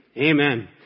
Amen